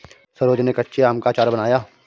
सरोज ने कच्चे आम का अचार बनाया